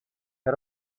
had